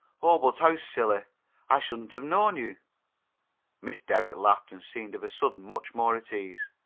oh, but how silly i shouldn't have known you miss derrick laughed, and seemed of a sudden much more at ease.